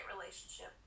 relationship